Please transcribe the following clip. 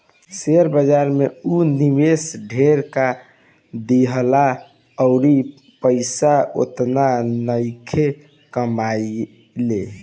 share बाजार में ऊ निवेश ढेर क देहलस अउर पइसा ओतना नइखे कमइले